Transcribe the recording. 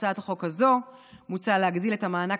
בהצעת החוק הזו מוצע להגדיל את המענק